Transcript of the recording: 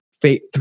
fate